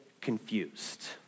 confused